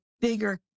bigger